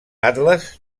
atles